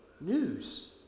news